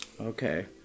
Okay